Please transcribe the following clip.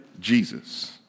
Jesus